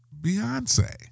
Beyonce